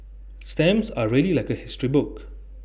stamps are really like A history book